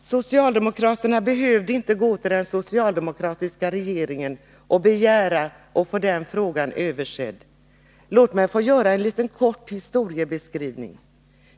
Socialdemokraterna behövde inte gå till den socialdemokratiska regeringen och begära att få den frågan översedd. Låt mig få göra en liten kort historieskrivning.